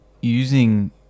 using